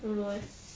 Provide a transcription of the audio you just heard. don't know leh